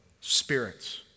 spirits